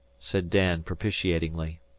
said dan, propitiatingly.